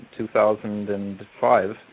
2005